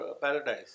paradise